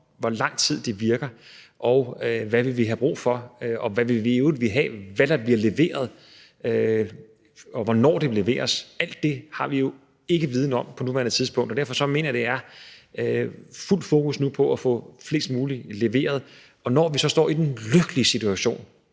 hvor lang tid det virker, og hvad vi vil have brug for, og hvad vi i øvrigt vil have, og hvad der bliver leveret, og hvornår det leveres. Alt det har vi jo ikke viden om på nuværende tidspunkt, og derfor mener jeg, at der nu skal være fuldt fokus på at få flest mulige vacciner leveret, og når vi så står i den virkelige situation,